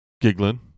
Giggling